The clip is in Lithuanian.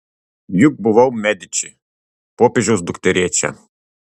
juk buvau mediči popiežiaus dukterėčia